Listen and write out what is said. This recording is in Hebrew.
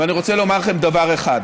ואני רוצה לומר לכם דבר אחד: